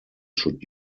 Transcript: should